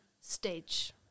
stage